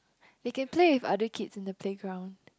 they can play with other kids in the playground